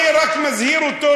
אני רק מזהיר אותו,